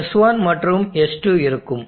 S1 மற்றும் S2 இருக்கும்